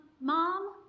mom